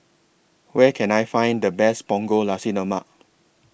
Where Can I Find The Best Punggol Nasi Lemak